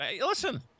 Listen